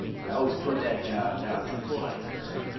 i always put that job down to glider.